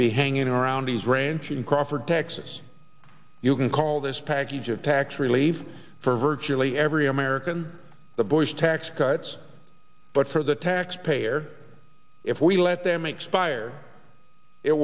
be hanging around his ranch in crawford texas you can call this package of tax relief for virtually every american the bush tax cuts but for the taxpayer if we let them expire it